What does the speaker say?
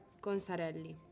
Consarelli